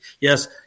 Yes